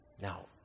Now